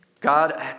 God